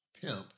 pimp